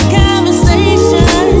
conversation